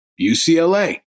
UCLA